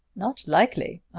not likely!